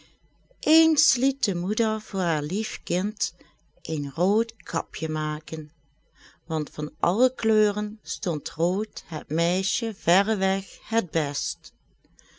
liet de moeder voor haar lief kind een rood kapje maken want van alle kleuren stond rood het meisje verreweg het best